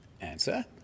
Answer